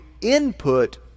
input